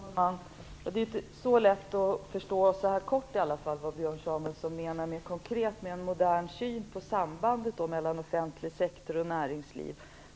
Herr talman! Det är inte så lätt att förstå när det uttrycks så här kort vad Björn Samuelson konkret menar med en modern syn på sambandet mellan offentlig sektor och näringsliv.